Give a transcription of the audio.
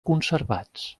conservats